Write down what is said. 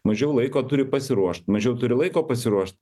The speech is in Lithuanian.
mažiau laiko turi pasiruošt mažiau turi laiko pasiruošt